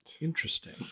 Interesting